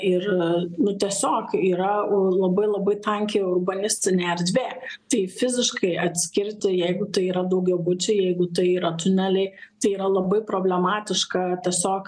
ir nu tiesiog yra labai labai tankiai urbanistinė erdvė tai fiziškai atskirti jeigu tai yra daugiabučiai jeigu tai yra tuneliai tai yra labai problematiška tiesiog